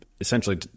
essentially